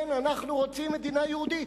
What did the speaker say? כן, אנחנו רוצים מדינה יהודית.